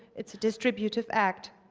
it's a distributive act.